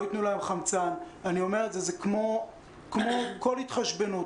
אם לא ייתנו להם חמצן זה כמו כל התחשבנות,